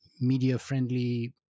media-friendly